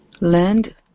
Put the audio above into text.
land